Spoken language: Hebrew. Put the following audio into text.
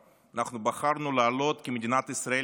אנחנו בחרנו לעלות כי מדינת ישראל היא מדינה חופשית,